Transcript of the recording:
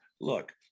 look